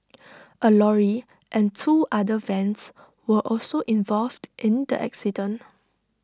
A lorry and two other vans were also involved in the accident